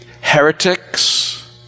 heretics